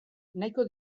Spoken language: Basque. nahiko